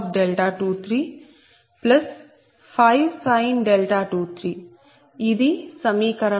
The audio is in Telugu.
523 523 ఇది సమీకరణం